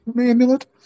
amulet